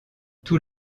tout